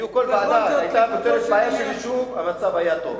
כל ועדה היתה פותרת בעיה של יישוב, המצב היה טוב.